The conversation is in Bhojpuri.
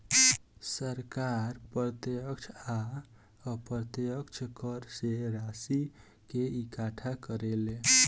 सरकार प्रत्यक्ष आ अप्रत्यक्ष कर से राशि के इकट्ठा करेले